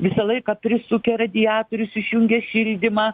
visą laiką prisukę radiatorius išjungę šildymą